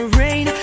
rain